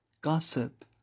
gossip